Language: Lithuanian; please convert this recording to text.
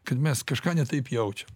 kad mes kažką ne taip jaučiam